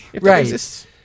Right